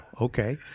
okay